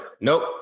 Nope